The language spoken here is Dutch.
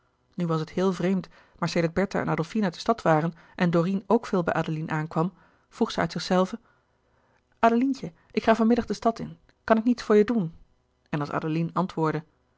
nu was het heel vreemd maar sedert bertha en adolfine uit de stad waren en dorine ook veel bij adeline aankwam vroeg zij uit zichzelve adelientje ik ga van middag de stad in kan ik niets voor je doen en als adeline antwoordde